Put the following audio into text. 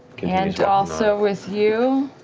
and also with you?